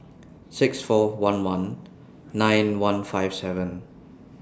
six four one one nine one five seven